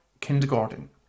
kindergarten